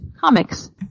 comics